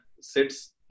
sits